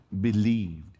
believed